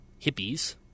hippies